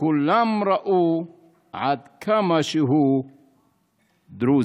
כולם ראו עד כמה שהוא דרוזי".